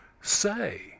say